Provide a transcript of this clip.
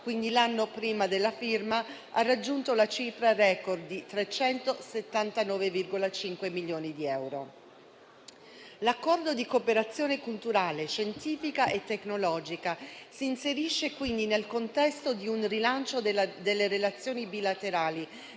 2015 (l'anno prima della firma) ha raggiunto la cifra *record* di 379,5 milioni di euro. L'Accordo di cooperazione culturale, scientifica e tecnologica si inserisce quindi nel contesto di un rilancio delle relazioni bilaterali